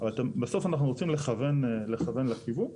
אבל בסוף אנחנו רוצים לכוון לכיוון.